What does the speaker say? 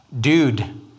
Dude